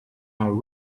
our